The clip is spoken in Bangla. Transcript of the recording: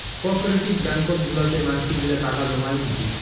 কোপরেটিভ ব্যাঙ্কত গুলাতে মানসি গিলা টাকা জমাই থাকি